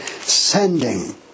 sending